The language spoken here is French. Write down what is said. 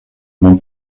mon